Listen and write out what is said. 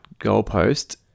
goalpost